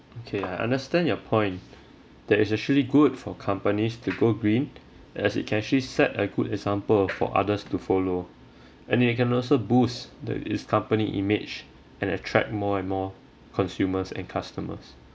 okay I understand your point that it's actually good for companies to go green as it can actually set a good example for others to follow and it can also boost the its company image and attract more and more consumers and customers